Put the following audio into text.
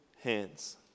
hands